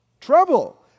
Trouble